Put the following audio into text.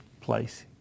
place